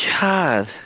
God